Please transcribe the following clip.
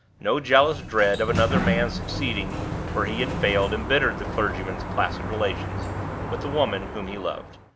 no jealous dread of another man's succeeding where he had failed imbittered the clergyman's placid relations with the woman whom he loved.